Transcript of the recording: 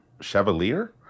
Chevalier